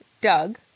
Doug